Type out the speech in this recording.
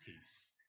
peace